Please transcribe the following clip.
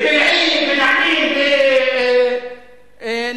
בבילעין, בנעלין, בנבי-מוסא.